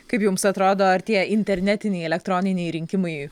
kaip jums atrodo ar tie internetiniai elektroniniai rinkimai